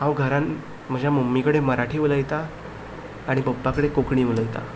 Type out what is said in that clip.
हांव घरान म्हज्या मम्मी कडेन मराठी उलयतां आनी पप्पा कडेन कोंकणी उलयता